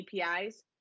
APIs